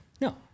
No